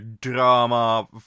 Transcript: drama